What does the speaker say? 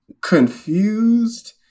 confused